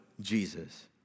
Jesus